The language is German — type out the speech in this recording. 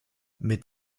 mit